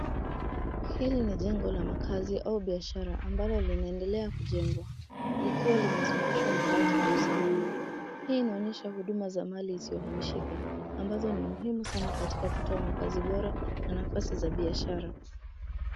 Hili ni jengo la makazi au biashara ambalo linaendelea kujengwa likiwa limezungushwa mabati kwa usalama ,hii inaonyesha huduma za mali isiyohamishika ambazo ni muhimu sana katika kutoa makazi bora na nafasi za biashara.